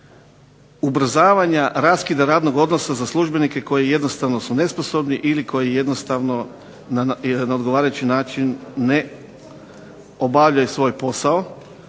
ubrzavanja raskida radnog odnosa za službenike koji jednostavno su nesposobni ili koji jednostavno na odgovarajući način ne obavljaju svoj posao.